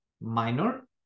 minor